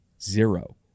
zero